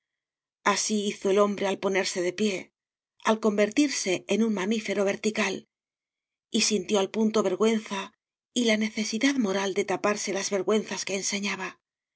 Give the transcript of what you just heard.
así hizo el hombre al ponerse de pie al convertirse en un mamífero vertical y sintió al punto vergüenza y la necesidad moral de taparse las vergüenzas que enseñaba y